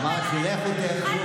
תודה רבה, חברת הכנסת מירב בן ארי.